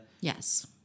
yes